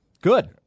Good